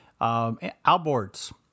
Outboards